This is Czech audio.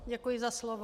Děkuji za slovo.